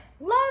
Love